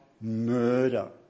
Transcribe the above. murder